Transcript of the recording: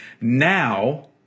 Now